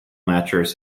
mattress